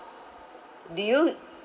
do you